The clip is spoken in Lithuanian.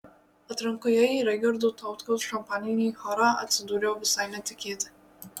atrankoje į raigardo tautkaus šampaninį chorą atsidūriau visai netikėtai